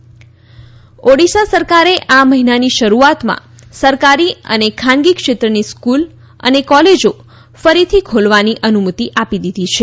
school college Odisha સરકારે આ મહિનાની શરૂઆતમાં સરકારી અને ખાનગીક્ષેત્રની સ્કૂલ અને કોલેજો ફરીથી ખોલવાની અનુમતિ આપી દીધી છે